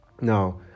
Now